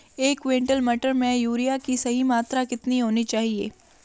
एक क्विंटल मटर में यूरिया की सही मात्रा कितनी होनी चाहिए?